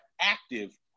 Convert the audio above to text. active